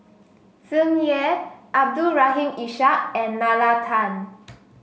Tsung Yeh Abdul Rahim Ishak and Nalla Tan